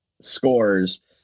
scores